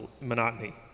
monotony